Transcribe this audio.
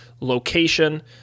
location